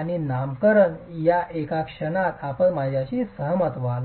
आणि नामकरण का एका क्षणात आपण माझ्याशी सहमत व्हाल